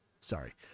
sorry